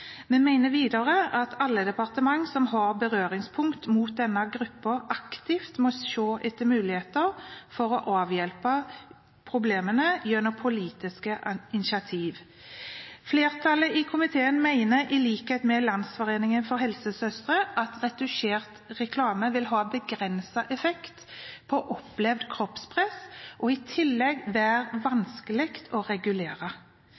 Vi mener videre at alle departementer som har berøringspunkt mot denne gruppen, aktivt må se etter muligheter for å avhjelpe problemene gjennom politiske initiativ. Flertallet i komiteen mener, i likhet med Landsgruppen av helsesøstre, at retusjert reklame vil ha begrenset effekt på opplevd kroppspress og i tillegg være vanskelig å regulere.